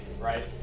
Right